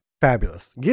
fabulous